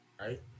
Right